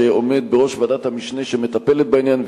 שעומד בראש ועדת המשנה שמטפלת בעניין,